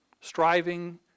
Striving